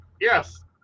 Yes